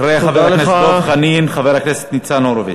אחרי חבר הכנסת דב חנין, חבר הכנסת ניצן הורוביץ.